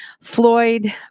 Floyd